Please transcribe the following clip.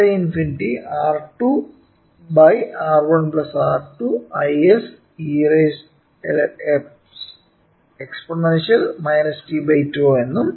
I1∞ R2R1R2 Is e t𝜏 ന്നും